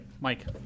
Mike